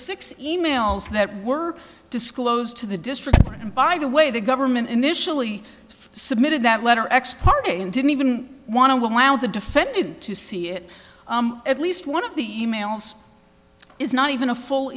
six e mails that were disclosed to the district and by the way the government initially submitted that letter ex parte and didn't even want to allow the defendant to see it at least one of the e mails is not even a full